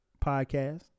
podcast